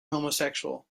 homosexual